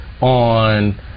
on